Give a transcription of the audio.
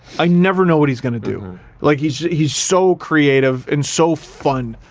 i never know what he's gonna do like, he's he's so creative and so fun.